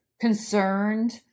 concerned